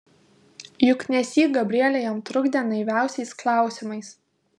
juk nesyk gabrielė jam trukdė naiviausiais klausimais